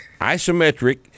Isometric